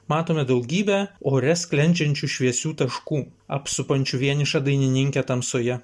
matome daugybę ore sklendžiančių šviesių taškų apsupančių vienišą dainininkę tamsoje